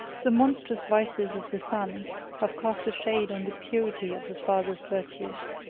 the monstrous vices of the son have cast a shade on the purity of the father's virtues.